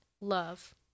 love